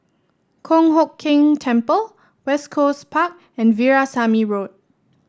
Kong Hock Keng Temple West Coast Park and Veerasamy Road